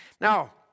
Now